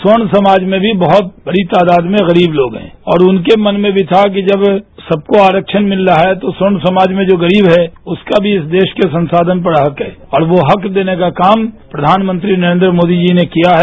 स्वर्ण सामाज में भी बहुत बड़ी तादाद में गरीब लोग हैं और उनके मन में भी था कि जब सबको आरक्षण मिल रहा है तो स्वर्ण समाज में जो गरीब है उसका भी इस देश के संसाधन पर हक है और वो हक देने का काम प्रधानमंत्री नरेन्द्र मोदी जी ने किया है